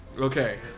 Okay